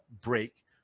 break